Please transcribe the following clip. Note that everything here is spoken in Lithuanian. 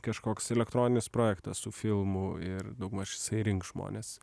kažkoks elektroninis projektas su filmu ir daugmaž jisai rinks žmones